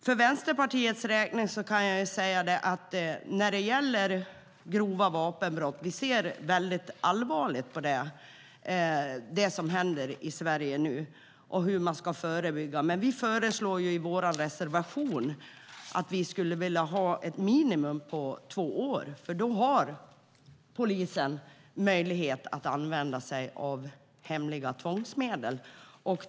För Vänsterpartiets del kan jag säga att vi ser väldigt allvarligt på de grova vapenbrotten och det som nu händer i Sverige och på hur man ska förebygga här. I vår reservation säger vi att vi skulle vilja att minimistraffet är två års fängelse. Då har polisen möjlighet att använda sig av hemliga tvångsmedel.